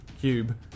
cube